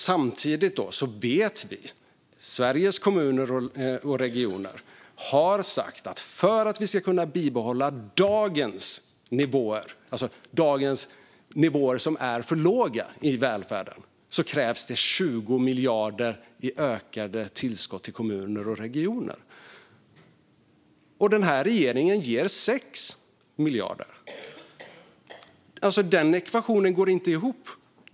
Samtidigt vet vi att Sveriges Kommuner och Regioner har sagt att det krävs 20 miljarder i ökade tillskott till kommuner och regioner för att vi ska kunna bibehålla dagens nivåer i välfärden, som alltså är för låga. Regeringen ger 6 miljarder. Den ekvationen går inte ihop.